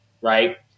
right